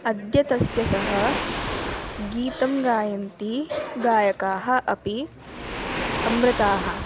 अद्य तस्य सह गीतं गायन्ति गायकाः अपि अमृताः